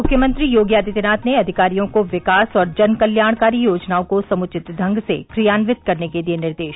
मुख्यमंत्री योगी आदित्यनाथ ने अधिकारियों को विकास और जन कल्याणकारी योजनाओं को समुचित ढंग से क्रियान्वित करने के दिये निर्देश